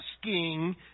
asking